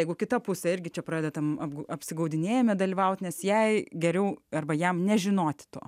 jeigu kita pusė irgi čia pradedam ab apsigaudinėjame dalyvaut nes jai geriau arba jam nežinoti to